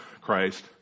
Christ